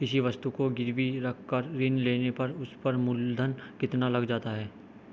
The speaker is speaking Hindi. किसी वस्तु को गिरवी रख कर ऋण लेने पर उस पर मूलधन कितना लग जाता है?